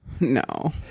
No